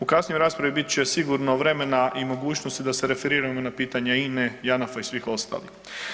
U kasnijoj raspravi bit će sigurno vremena i mogućnosti da se referiramo na pitanje INA-e, Janafa i svih ostalih.